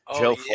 Joe